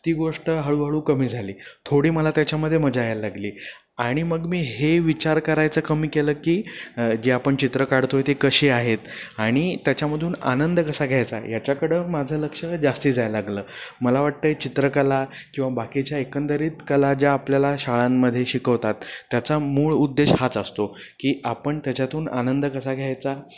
ती गोष्ट हळूहळू कमी झाली थोडी मला त्याच्यामध्ये मजा यायला लागली आणि मग मी हे विचार करायचं कमी केलं की जे आपण चित्र काढतो आहे ते कसे आहेत आणि त्याच्यामधून आनंद कसा घ्यायचा याच्याकडं माझं लक्ष जास्त जायला लागलं मला वाटतं आहे चित्रकला किंवा बाकीच्या एकंदरीत कला ज्या आपल्याला शाळांमध्ये शिकवतात त्याचा मूळ उद्देश हाच असतो की आपण त्याच्यातून आनंद कसा घ्यायचा